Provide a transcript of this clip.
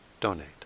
donate